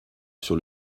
sur